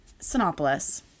Sinopolis